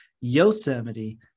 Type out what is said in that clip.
Yosemite